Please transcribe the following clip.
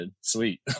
Sweet